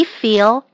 feel